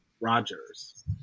Rogers